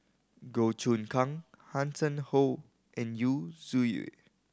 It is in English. Goh Choon Kang Hanson Ho and Yu Zhuye